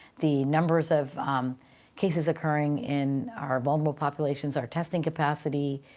the numbers of cases occurring in our vulnerable populations, our testing capacity,